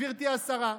גברתי השרה.